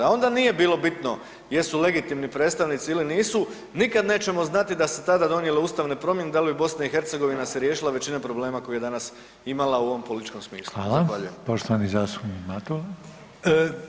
Onda nije bilo bitno jesu legitimni predstavnici ili nisu, nikad nećemo znati da se tada donijelo ustavne promjene da li bi BiH se riješila većine problema koje je danas imala u ovom političkom smislu.